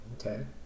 okay